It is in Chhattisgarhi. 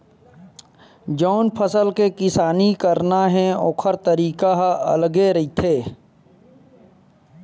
जउन फसल के किसानी करना हे ओखर तरीका ह अलगे रहिथे